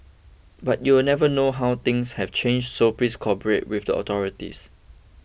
but you'll never know how things have changed so please cooperate with the authorities